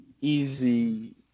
easy